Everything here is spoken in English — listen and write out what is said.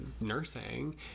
nursing